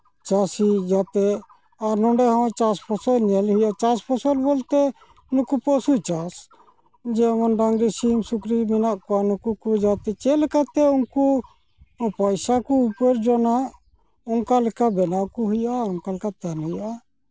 ᱪᱟᱹᱥᱤ ᱡᱟᱛᱮ ᱟᱨ ᱱᱚᱰᱮ ᱦᱚᱸ ᱪᱟᱥ ᱯᱷᱚᱥᱚᱞ ᱧᱮᱞ ᱦᱩᱭᱩᱜᱼᱟ ᱪᱟᱥ ᱯᱷᱚᱥᱚᱞ ᱵᱚᱞᱛᱮ ᱱᱩᱠᱩ ᱯᱚᱥᱩ ᱪᱟᱥ ᱡᱮᱢᱚᱱ ᱰᱟᱹᱝᱨᱤ ᱥᱤᱢ ᱥᱩᱠᱨᱤ ᱢᱮᱱᱟᱜ ᱠᱚᱣᱟ ᱱᱩᱠᱩᱠ ᱠᱚ ᱡᱟᱛᱮ ᱪᱮᱫ ᱞᱮᱠᱟᱛᱮ ᱩᱱᱠᱩ ᱯᱚᱭᱥᱟ ᱠᱚ ᱩᱯᱟᱹᱨᱡᱚᱱᱟ ᱚᱱᱠᱟᱞᱮᱠᱟ ᱵᱚᱱᱟᱣ ᱠᱚ ᱦᱩᱭᱩᱜᱼᱟ ᱚᱱᱠᱟ ᱞᱮᱠᱟ ᱛᱟᱦᱮᱱ ᱦᱩᱭᱩᱜᱼᱟ